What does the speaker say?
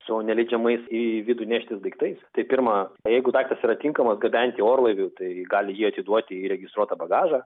su neleidžiamais į vidų neštis daiktais tik pirma jeigu daiktas yra tinkamas gabenti orlaiviu tai gali jį atiduoti į registruotą bagažą